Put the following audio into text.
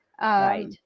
Right